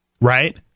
right